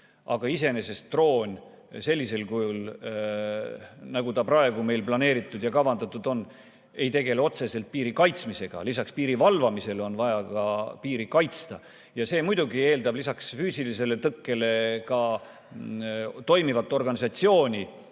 Aga iseenesest droon sellisel kujul, nagu ta praegu meil planeeritud ja kavandatud on, ei tegele otseselt piiri kaitsmisega. Lisaks piiri valvamisele on vaja ka piiri kaitsta. See muidugi eeldab lisaks füüsilisele tõkkele ka toimivat organisatsiooni,